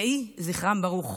יהי זכרם ברוך.